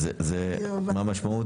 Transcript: זה מה המשמעות?